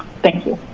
thank you.